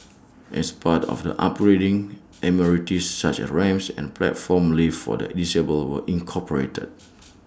as part of the upgrading amenities such as ramps and A platform lift for the disabled were incorporated